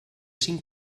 cinc